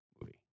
movie